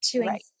Right